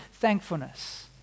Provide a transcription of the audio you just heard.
thankfulness